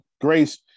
Grace